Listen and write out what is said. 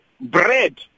bread